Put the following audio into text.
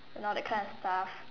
you know that kind of stuff